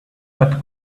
had